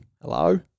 hello